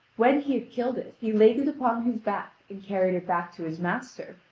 when he had killed it he laid it upon his back and carried it back to his master,